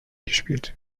gespielt